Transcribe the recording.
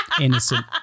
innocent